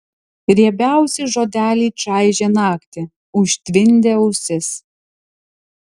riebiausi žodeliai čaižė naktį užtvindė ausis